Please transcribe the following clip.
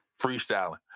freestyling